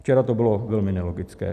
Včera to bylo velmi nelogické.